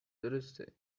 درسته